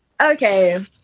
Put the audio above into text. okay